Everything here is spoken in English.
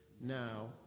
now